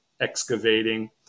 excavating